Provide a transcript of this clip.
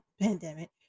pandemic